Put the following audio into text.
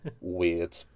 weird